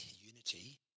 unity